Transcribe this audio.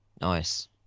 Nice